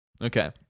Okay